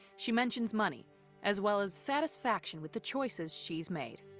she mentions money as well as satisfaction with the choices she's made.